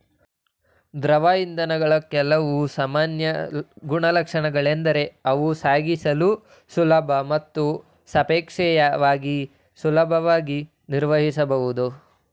ದ್ರವ ಇಂಧನಗಳ ಕೆಲವು ಸಾಮಾನ್ಯ ಗುಣಲಕ್ಷಣಗಳೆಂದರೆ ಅವು ಸಾಗಿಸಲು ಸುಲಭ ಮತ್ತು ಸಾಪೇಕ್ಷವಾಗಿ ಸುಲಭವಾಗಿ ನಿರ್ವಹಿಸಬಹುದು